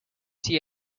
see